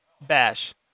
bash